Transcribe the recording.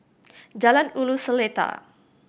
Jalan Ulu Seletar